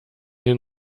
den